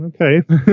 okay